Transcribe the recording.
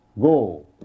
go